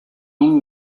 longue